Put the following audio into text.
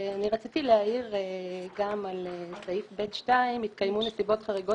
רציתי להעיר על סעיף 6(ב)(2): "התקיימו נסיבות חריגות